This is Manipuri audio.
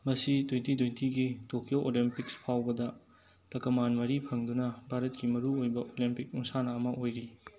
ꯃꯁꯤ ꯇ꯭ꯋꯦꯟꯇꯤ ꯇ꯭ꯋꯦꯟꯇꯤꯒꯤ ꯇꯣꯛꯀꯤꯌꯣ ꯑꯣꯂꯦꯝꯄꯤꯛꯁ ꯐꯥꯎꯕꯗ ꯇꯀꯥꯃꯥꯟ ꯃꯔꯤ ꯐꯪꯗꯨꯅ ꯚꯥꯔꯠꯀꯤ ꯃꯔꯨ ꯑꯣꯏꯕ ꯑꯣꯂꯦꯝꯄꯤꯛ ꯃꯁꯥꯟꯅ ꯑꯃ ꯑꯣꯏꯔꯤ